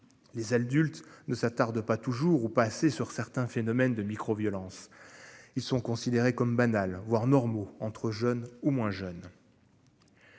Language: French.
Les adultes ne s'attardent pas toujours ou pas assez sur certains phénomènes de micro-, violences, ils sont considérés comme banales voire normaux entre jeunes ou moins jeunes.